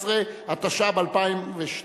17), התשע"ב 2012,